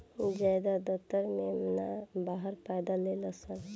ज्यादातर मेमना बाहर पैदा लेलसन